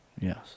Yes